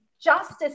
justice